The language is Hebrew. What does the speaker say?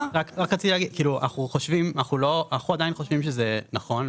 אנחנו עדיין חושבים שזה נכון,